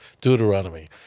Deuteronomy